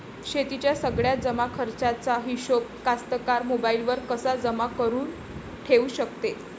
शेतीच्या सगळ्या जमाखर्चाचा हिशोब कास्तकार मोबाईलवर कसा जमा करुन ठेऊ शकते?